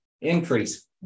increase